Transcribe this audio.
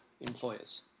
employers